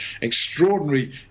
extraordinary